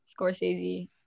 Scorsese